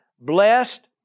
Blessed